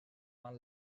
fan